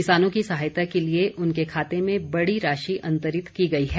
किसानों की सहायता के लिए उनके खाते में बड़ी राशि अंतरित की गई है